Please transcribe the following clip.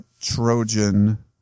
Trojan